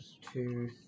two